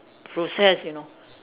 process you know